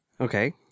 Okay